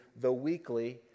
theweekly